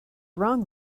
wrong